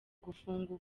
gufungwa